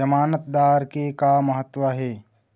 जमानतदार के का महत्व हे?